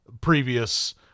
previous